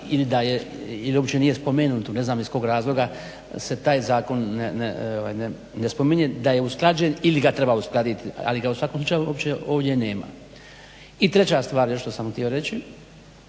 ili da uopće nije spomenuto ne znam iz kojeg razloga se taj zakon ne spominje da je usklađen ili ga treba uskladiti. Ali ga u svakom slučaju uopće ovdje nema. I treća stvar što sam htio reći